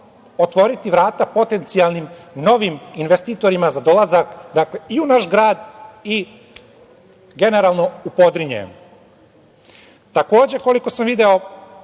otvoriti vrata potencijalnim novim investitorima za dolazak i u naš grad i generalno u Podrinje. Takođe, koliko sam video